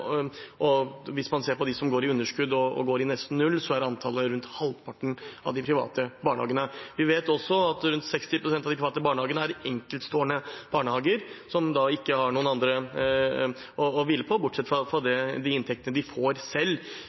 og hvis man ser på dem som går med underskudd, og som går nesten i null, er antallet rundt halvparten av de private barnehagene. Vi vet også at rundt 60 pst. av de private barnehagene er enkeltstående barnehager, som da ikke har noen andre å lene seg på, bortsett fra de inntektene de får selv.